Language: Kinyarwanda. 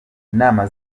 inama